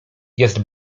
jest